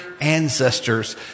ancestors